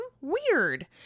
Weird